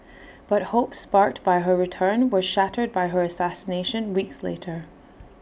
but hopes sparked by her return were shattered by her assassination weeks later